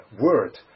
word